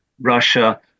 Russia